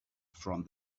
from